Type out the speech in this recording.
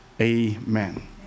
amen